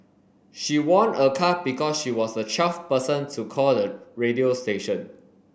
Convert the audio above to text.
she won a car because she was the twelfth person to call the radio station